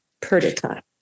Perdita